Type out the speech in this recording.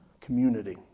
community